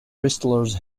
wrestlers